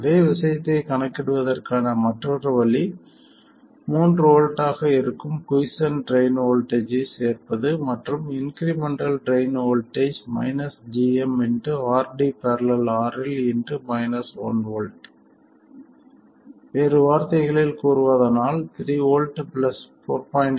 அதே விஷயத்தை கணக்கிடுவதற்கான மற்றொரு வழி 3 V ஆக இருக்கும் குய்ஸ்சென்ட் ட்ரைன் வோல்ட்டேஜ் ஐ சேர்ப்பது மற்றும் incremental drain voltage gm RD ║ RL 1 V வேறு வார்த்தைகளில் கூறுவதானால் 3 வோல்ட் 4